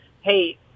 hey